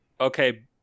Okay